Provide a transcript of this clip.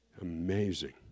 Amazing